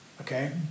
okay